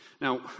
Now